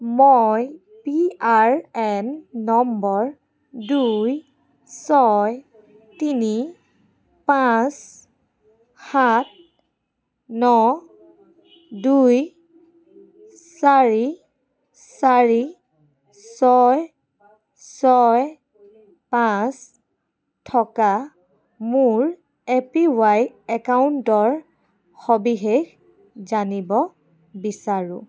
মই P R N number দুই ছয় তিনি পাঁচ সাত ন দুই চাৰি চাৰি ছয় ছয় পাঁচ থকা মোৰ এ পি ৱাই একাউণ্টৰ সবিশেষ জানিব বিচাৰোঁ